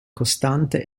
costante